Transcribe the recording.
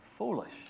foolish